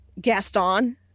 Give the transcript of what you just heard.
gaston